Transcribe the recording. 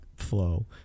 flow